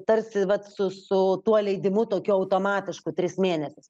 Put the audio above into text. tarsi vat su su tuo leidimu tokiu automatišku tris mėnesius